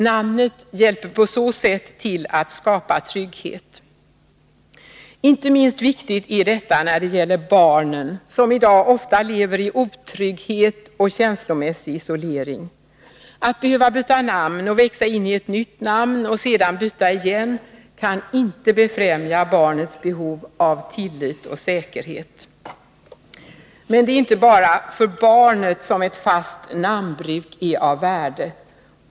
Namnet hjälper på så sätt till att skapa trygghet. Inte minst viktigt är detta när det gäller barnen som i dag ofta lever i otrygghet och känslomässig isolering. Att behöva byta namn och växa in i ett nytt namn och sedan byta igen kan inte befrämja barnets behov av tillit och säkerhet. Men det är inte bara för barnet som ett fast namnbruk är av värde.